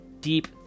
deep